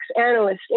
analysts